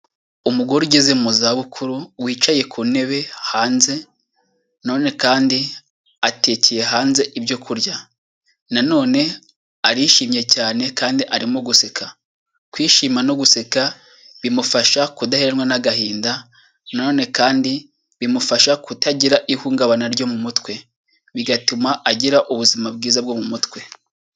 Umugore ugeze mu za bukuru, wicaye ku ntebe hanze, none kandi atekeye hanze ibyo kurya. Nanone arishimye cyane kandi arimo guseka. Kwishima no guseka bimufasha kudaheranwa n'agahinda, na none kandi bimufasha kutagira ihungabana ryo mu mutwe, bigatuma agira ubuzima bwiza bwo mu mutwe.